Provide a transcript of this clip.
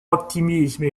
optimisme